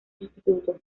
sustituto